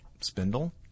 Spindle